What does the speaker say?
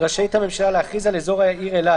רשאית הממשלה להכריז על אזור העיר אילת,